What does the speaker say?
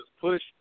push